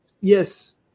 yes